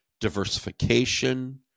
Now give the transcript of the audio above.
diversification